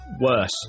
Worse